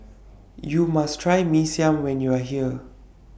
YOU must Try Mee Siam when YOU Are here